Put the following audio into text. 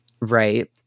Right